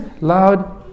loud